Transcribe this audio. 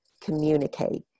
communicate